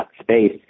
space